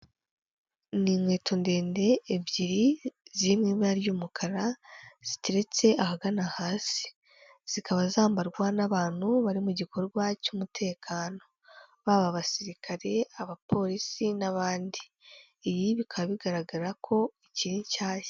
Ni inkweto ndende ebyiri ziri mu ibara ry'umukara, ziteretse ahagana hasi. Zikaba zambarwa n'abantu bari mu gikorwa cy'umutekano. Baba abasirikare, abapolisi n'abandi. Iyi bikaba bigaragara ko ikiri nshyashya.